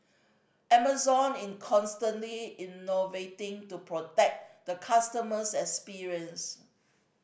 Amazon in constantly innovating to protect the customers experience